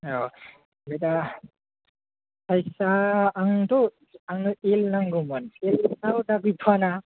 औ बिदिबा साइसआ आंनोथ' आंनो एल नांगौमोन एलआथ' दा गैथ'वाना